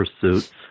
pursuits